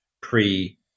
pre